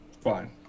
fine